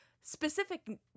specific